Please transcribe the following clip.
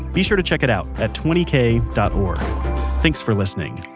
be sure to check it out at twenty k dot org thanks for listening